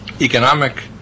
economic